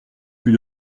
plus